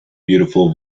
beautiful